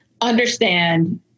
understand